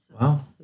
Wow